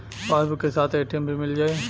Passbook के साथ ATM भी मील जाई?